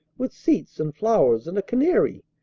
with seats and flowers and a canary.